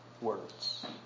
words